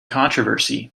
controversy